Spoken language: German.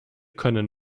können